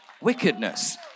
wickedness